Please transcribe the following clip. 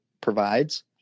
provides